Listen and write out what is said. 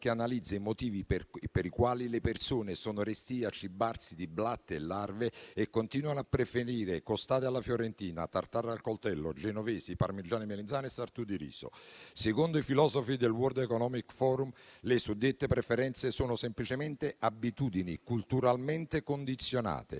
che analizza i motivi per i quali le persone sono restie a cibarsi di blatte e larve e continuano a preferire costate alla fiorentina, *tartare* al coltello, genovesi, parmigiane di melanzane e sartù di riso. Secondo i filosofi del World economic forum, le suddette preferenze sono semplicemente abitudini culturalmente condizionate,